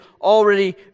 already